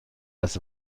das